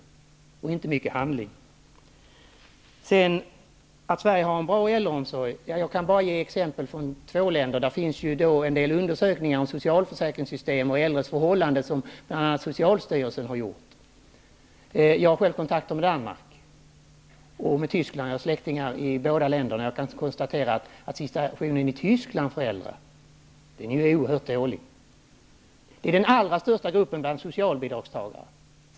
Det är inte särskilt mycket till handling. Vidare sägs det här att Sverige har en bra äldreomsorg. Själv har jag bara exempel från två länder. En del undersökningar beträffande socialförsäkringssystem och de äldres förhållanden har gjorts, bl.a. av socialstyrelsen. Jag har själv kontakter med Danmark och Tyskland. I båda länderna har jag släktingar. Jag vet att situationen för de äldre i just Tyskland är oerhört dålig. De äldre där utgör den allra största gruppen socialbidragstagare.